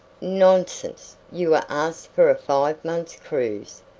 nonsense you were asked for a five months' cruise.